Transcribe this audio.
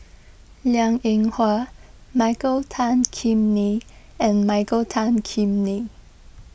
Liang Eng Hwa Michael Tan Kim Nei and Michael Tan Kim Nei